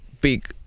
big